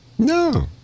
No